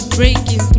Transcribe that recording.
breaking